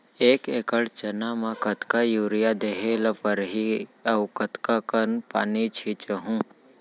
एक एकड़ चना म कतका यूरिया देहे ल परहि अऊ कतका कन पानी छींचहुं?